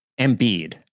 Embiid